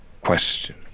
question